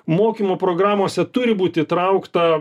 mokymo programose turi būt įtraukta